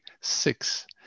Six